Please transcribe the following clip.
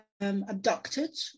abducted